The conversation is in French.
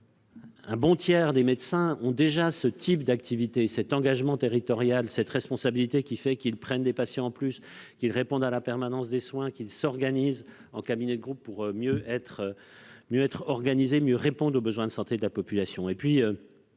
un bon tiers d'entre eux ont déjà ce type d'engagement territorial, cette responsabilité qui fait qu'ils prennent des patients en plus, qu'ils répondent à la permanence des soins, qu'ils s'organisent en cabinet de groupe pour mieux s'organiser et mieux répondre aux besoins de santé de la population.